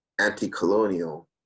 anti-colonial